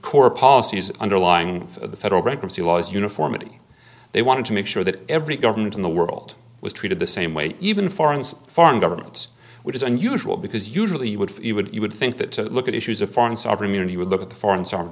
core policies underlying the federal bankruptcy laws uniformity they wanted to make sure that every government in the world was treated the same way even foreign foreign governments which is unusual because usually you would if you would you would think that to look at issues of foreign sovereign immunity would look at the foreign so